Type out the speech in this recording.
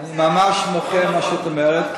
אני ממש מוחה על מה שאת אומרת,